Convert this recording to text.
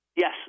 yes